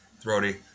throaty